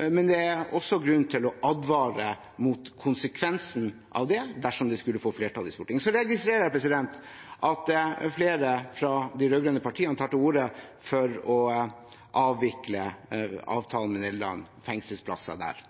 men det er også grunn til å advare mot konsekvensen av det, dersom det skulle få flertall i Stortinget. Så registrerer jeg at flere fra de rød-grønne partiene tar til orde for å avvikle avtalen med Nederland om fengselsplasser der.